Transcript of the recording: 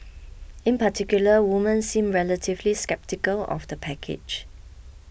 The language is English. in particular women seemed relatively sceptical of the package